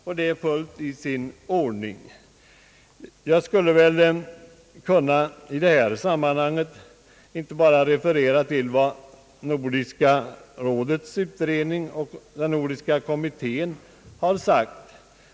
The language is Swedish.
I det här sammanhanget skulle jag inte bara kunna referera till Nordiska rådets utredning och den Nordiska kommitténs uttalande.